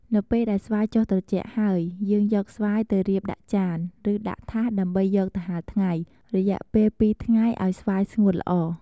នៅពេលដែលស្វាយចុះត្រជាក់ហើយ យើងយកស្វាយទៅរៀបដាក់ចាន ឬដាក់ថាសដើម្បីយកទៅហាលថ្ងៃ រយៈពេល២ថ្ងៃឱ្យស្វាយស្ងួតល្អ។